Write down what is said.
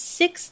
six